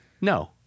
no